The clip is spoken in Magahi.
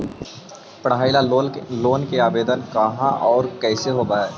पढाई ल लोन के आवेदन कहा औ कैसे होब है?